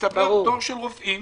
יצטבר דור של רופאים